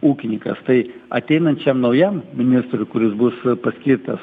ūkininkas tai ateinančiam naujam ministrui kuris bus paskirtas